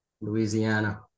Louisiana